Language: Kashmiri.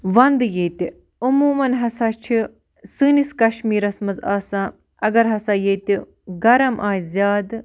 وَنٛدٕ ییٚتہِ عموماً ہَسا چھِ سٲنِس کَشمیٖرَس مَنٛز آسان اگر ہسا ییٚتہِ گَرم آسہِ زیادٕ